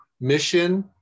mission